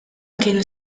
kienu